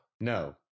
No